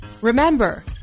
Remember